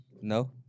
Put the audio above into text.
No